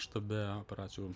štabe operacijų